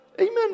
Amen